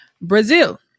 Brazil